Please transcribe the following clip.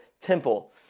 temple